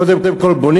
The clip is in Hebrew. קודם כול בונים,